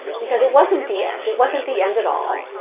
because it wasn't the end. it wasn't the end at all.